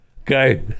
okay